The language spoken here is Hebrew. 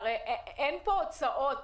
הרי אין פה הוצאות